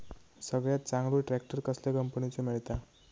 सगळ्यात चांगलो ट्रॅक्टर कसल्या कंपनीचो मिळता?